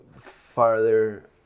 farther